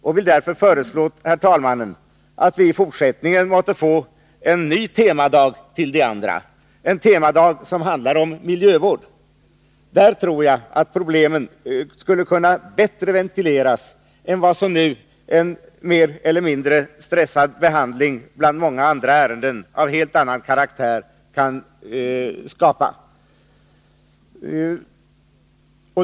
Jag vill därför föreslå, herr talman, att vi i fortsättningen måtte få en ny temadag till de andra, en temadag som handlar om miljövård. Jag tror att problemen då bättre skulle kunna ventileras än som nu är fallet, med den stress som mer eller mindre råder vid behandlingen av detta ärende bland många andra av helt annan karaktär.